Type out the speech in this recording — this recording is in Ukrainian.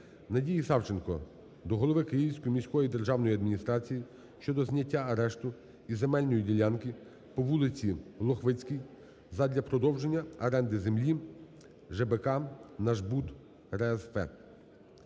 Надії Савченко до голови Київської міської державної адміністрації щодо зняття арешту із земельної ділянки по вулиці Лохвицькій задля продовження оренди землі "ЖБК "Нашбуд РЗФ".